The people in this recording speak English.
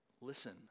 listen